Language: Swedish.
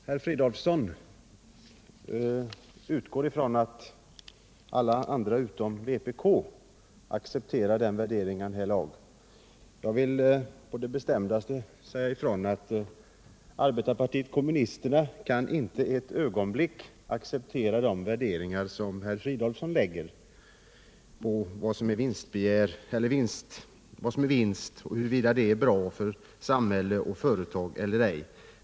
Herr talman! Herr Fridolfsson utgår från att alla andra utom vpk accepterar den värdering han här talat om. Jag vill på det bestämdaste säga ifrån att arbetarpartiet kommunisterna inte ett ögonblick kan acceptera de värderingar som herr Fridolfsson lägger på vad som är vinst och huruvida det är bra för samhälle och företag eller ej.